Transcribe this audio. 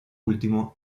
último